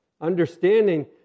Understanding